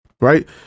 right